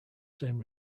same